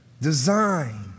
design